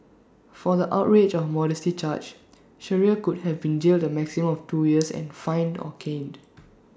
for the outrage of modesty charge Shearer could have been jailed the maximum of two years and fined or caned